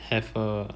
have a